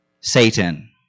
Satan